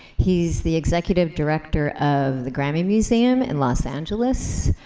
he's the executive director of the grammy museum in los angeles,